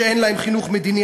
שאין להם חינוך מדיני,